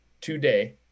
today